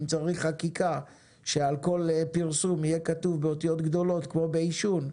אם צריך חקיקה שעל כל פרסום יהיה כתוב באותיות גדולות כמו בעישון,